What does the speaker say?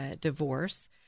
divorce